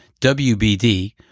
WBD